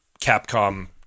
Capcom